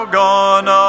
gone